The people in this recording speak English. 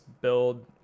build